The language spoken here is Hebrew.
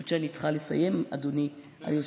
אני חושבת שאני צריכה לסיים, אדוני היושב-ראש.